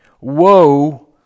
woe